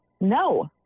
no